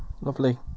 Lovely